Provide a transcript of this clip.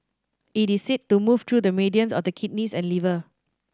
it is said to move through the meridians of the kidneys and liver